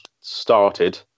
started